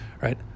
right